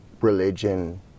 religion